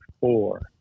four